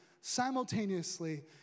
simultaneously